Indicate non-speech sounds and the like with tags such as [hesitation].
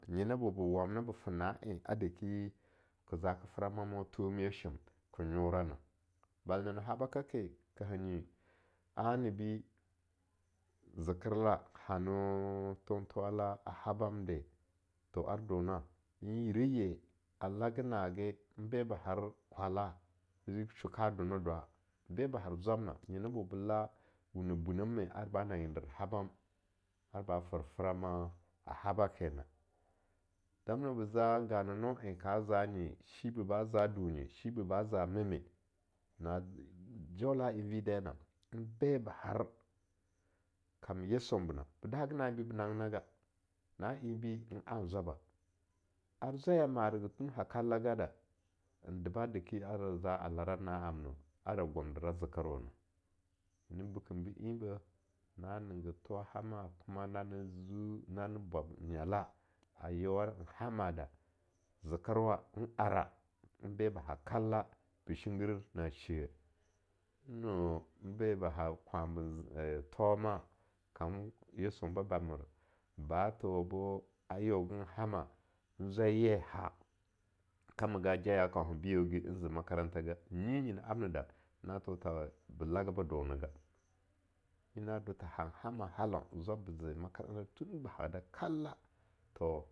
Nyena bo be wamne be fe na en a deki ke zaka fra mama thomishen ke nyorana, bala na habaka ke ka hanyi anibi zekerla hano thonthowa la habamde, to ar dona, yire ye ala nage, be ba har kwala ze ka do dwa, be ba har zwab na nyena bo be la wuneh bunamme ar ba nanggen der habam ar ba fer frama a habakena, damna ba za ganano en ka zanyi, shibeh ba za dunye shibeh ba za mammeh, na jaula enbi dai na, be ba har kam yiounbe na ba dahaga na enbi be nanggina ga, na enbi nan zwaba, ar zwaya margae tun ha kalla gada, n deba a deki ara lara na amna ara gumdira zekerawona, nyena bekem be enbeh, na ninggin thowa hama kuma nane zeo nane bwab nyala a yeowan hamada zekerwa n ara n beba hakalla be shinggir na she-eh, ne no n beba ha kwanbenze [hesitation] thoma, kam yisunbebamer ba tho bo n yeogan hama zwaiye ha kamaga jaya kaunha biyo ge aze makaranta ga; Nyi nyena amne da beh Laga ba donega nyi na do tha hanhama halaun zwab be ze makaranta tun ba hada kalla; to.